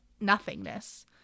nothingness